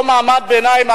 אותו מעמד ביניים,